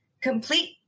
complete